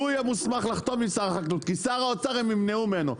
שהוא יהיה מוסמך לחתום עם שר החקלאות כי שר האוצר הם ימנעו ממנו דוד,